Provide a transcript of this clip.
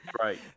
Right